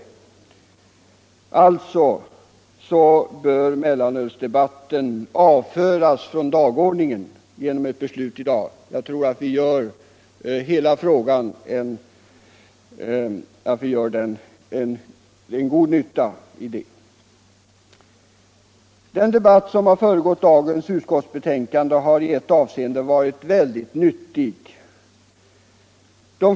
Mellanölsdebatten bör alltså avföras från dagordningen genom ett beslut i dag. Jag tror att vi gör hela saken en tjänst med det. Den debatt som har föregått dagens utskottsbetänkande har i ett avseende varit mycket nyttig.